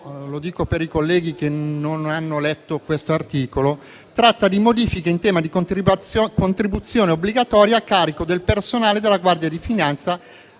lo dico per i colleghi che non lo hanno letto - tratta di modifiche in tema di contribuzione obbligatoria a carico del personale della Guardia di finanza